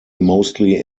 mostly